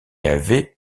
avait